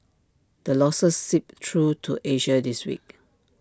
the losses seeped through to Asia this week